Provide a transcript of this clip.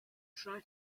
try